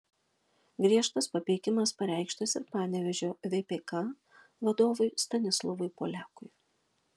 griežtas papeikimas pareikštas ir panevėžio vpk vadovui stanislovui poliakui